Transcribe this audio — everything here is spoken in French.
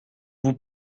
vous